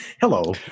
hello